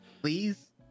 please